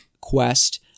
quest